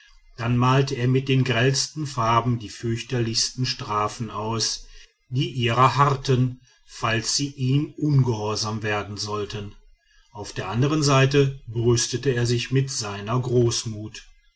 dann malte er mit den grellsten farben die fürchterlichsten strafen aus die ihrer harrten falls sie ihm ungehorsam werden sollten auf der andern seite brüstete er sich mit seiner großmut